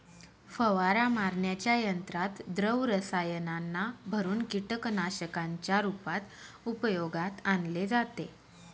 फवारा मारण्याच्या यंत्रात द्रव रसायनांना भरुन कीटकनाशकांच्या रूपात उपयोगात आणले जाते